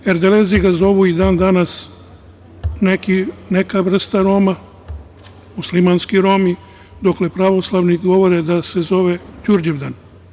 Erdelezi ga zovu i dan danas, neka vrsta Roma, muslimanski Romi, dok pravoslavni govore da se zove Đurđevdan.